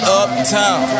uptown